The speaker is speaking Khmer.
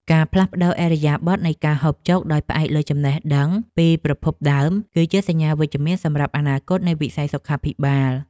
ការផ្លាស់ប្តូរឥរិយាបថនៃការហូបចុកដោយផ្អែកលើចំណេះដឹងពីប្រភពដើម គឺជាសញ្ញាវិជ្ជមានសម្រាប់អនាគតនៃវិស័យសុខាភិបាល។